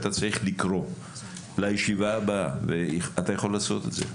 מה שצריך הוא שאתה צריך לקרוא לישיבה הבאה ואתה יכול לעשות את זה,